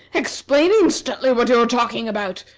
explain instantly what you are talking about!